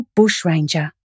bushranger